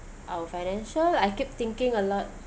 our financial I keep thinking a lot